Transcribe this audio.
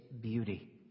beauty